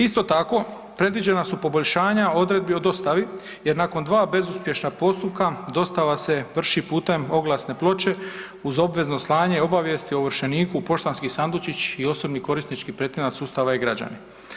Isto tako, predviđena su poboljšanja odredbi o dostavi jer nakon 2 bezuspješna postupka dostava se vrši putem obvezne ploče uz obvezno slanje obavijesti ovršeniku u poštanski sandučić i osobni korisnički pretinac sustava e-građani.